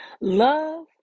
love